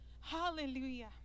hallelujah